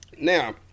Now